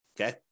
okay